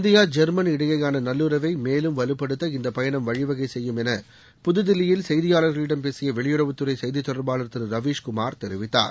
India German இடையேயான நல்லுறவை மேலும் வலுப்படுத்த இந்த பயணம் வழிவகை செய்யும் என புதுதில்லியில் செய்தியாளர்களிடம் பேசிய வெளியுறவுத்துறை செய்தித் தொடர்பாளர் திரு ரவீஷ் குமார் தெரிவித்தார்